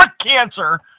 cancer